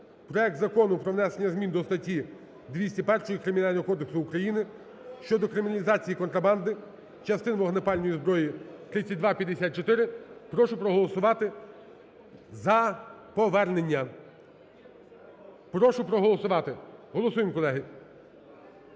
Проект Закону про внесення змін до статті 201 Кримінального кодексу України щодо криміналізації контрабанди, частин вогнепальної зброї, 3254, прошу проголосувати за повернення. Прошу проголосувати. Голосуємо, колеги.